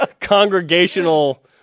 congregational